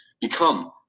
become